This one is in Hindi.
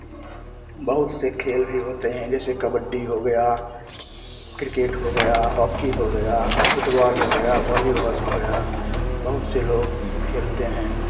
बहुत से खेल भी होते हैं जैसे कबड्डी हो गया क्रिकेट हो गया हॉकी हो गया फुटबॉल हो गया वॉलीबॉल हो गया बहुत से लोग खेलते हैं